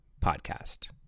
PODCAST